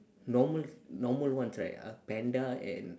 normal normal ones right are panda and